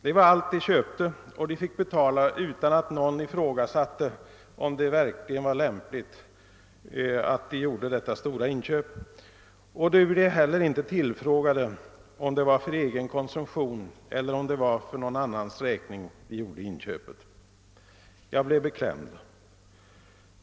Det var allt de köpte, och de fick betala utan att någon ifrågasatte, om det verkligen var lämpligt att de gjorde detta stora inköp, och de blev heller inte tillfrågade, om det var för egen konsumtion eller om det var för någon annans räkning de gjorde inköpet. Jag blev beklämd.